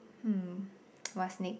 hmm what's next